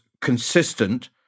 consistent